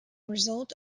result